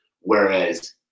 Whereas